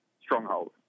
stronghold